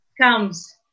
comes